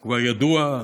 הוא הידוע: